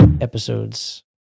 episodes